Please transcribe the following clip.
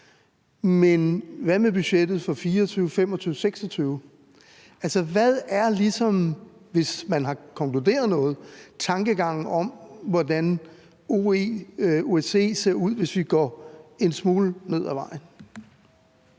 men hvad med budgettet for 2024, 2025 og 2026? Altså, hvad er ligesom, hvis man har konkluderet noget, tankerne om, hvordan OSCE ser ud, hvis vi går en smule ned ad vejen?